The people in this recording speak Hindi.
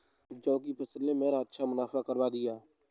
जौ की फसल ने मेरा अच्छा मुनाफा करवा दिया